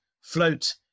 float